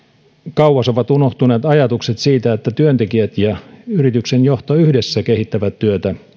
kauas ovat unohtuneet ajatukset siitä että työntekijät ja yrityksen johto yhdessä kehittävät työtä